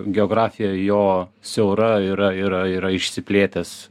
geografija jo siaura yra yra yra išsiplėtęs